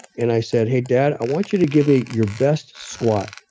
and i said, hey, dad, i want you to give me your best squat.